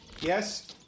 Yes